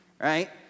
right